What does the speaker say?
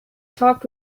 talked